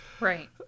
Right